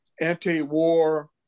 anti-war